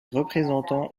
représentants